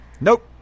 nope